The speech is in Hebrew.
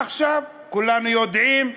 עכשיו, כולנו יודעים,